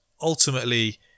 ultimately